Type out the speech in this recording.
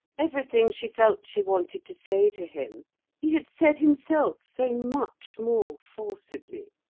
everything she felt she wanted to say to him he had said himself so much more forcibly.